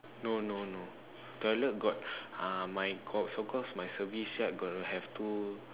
no no no toilet got uh cause my service side going to have two